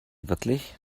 wirklich